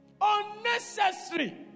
Unnecessary